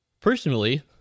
Personally